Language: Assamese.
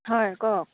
হয় কওক